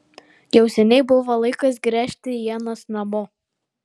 jau seniai buvo laikas gręžti ienas namo